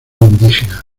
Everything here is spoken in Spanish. indígena